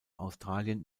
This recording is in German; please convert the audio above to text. australien